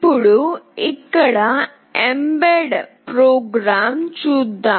ఇప్పుడు ఇక్కడ mbed program చూద్దాం